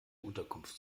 unterkunft